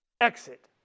exit